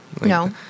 No